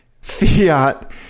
Fiat